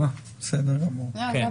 לבטל את